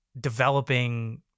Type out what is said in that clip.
developing